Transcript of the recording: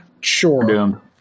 Sure